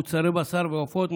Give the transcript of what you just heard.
מוצרי בשר ועופות,